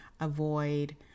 avoid